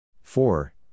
Four